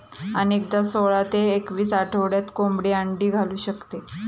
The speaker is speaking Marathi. अनेकदा सोळा ते एकवीस आठवड्यात कोंबडी अंडी घालू शकते